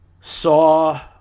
saw